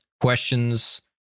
questions